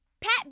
Pat